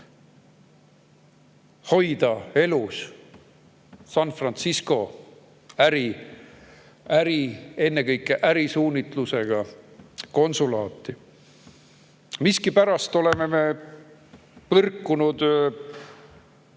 hoida elus San Francisco ennekõike ärisuunitlusega konsulaati. Miskipärast oleme me põrkunud